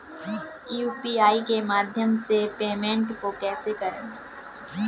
UPI के माध्यम से पेमेंट को कैसे करें?